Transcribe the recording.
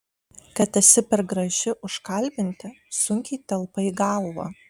kad esi per graži užkalbinti sunkiai telpa į galvą